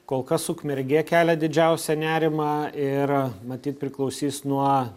kol kas ukmergė kelia didžiausią nerimą ir matyt priklausys nuo